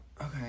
Okay